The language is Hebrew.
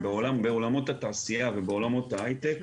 בעולמות התעשיה ובעולמות ההייטק,